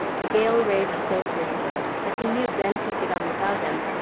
the gale raged so fiercely but he knew ben could get on without him,